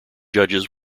judges